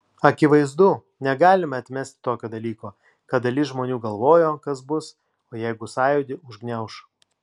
akivaizdu negalime atmesti tokio dalyko kad dalis žmonių galvojo kas bus jeigu sąjūdį užgniauš